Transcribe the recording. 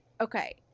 okay